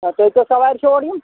آ تُہۍ کٔژ سَوارِ چھُو اورٕ یِم